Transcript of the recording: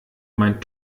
mein